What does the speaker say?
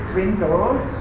windows